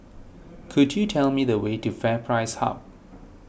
could you tell me the way to FairPrice Hub